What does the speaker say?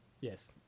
Yes